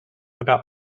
about